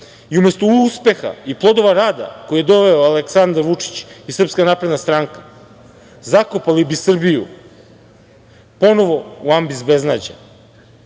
i umesto uspeha i plodova rada do kojih je doveo Aleksandar Vučić i Srpska napredna stranka zakopali bi Srbiju ponovo u ambis beznađa.